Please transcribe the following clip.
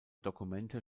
dokumente